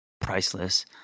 priceless